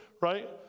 right